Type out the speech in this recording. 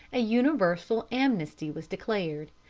a universal amnesty was declared.